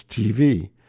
TV